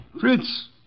Fritz